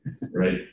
right